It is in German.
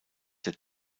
der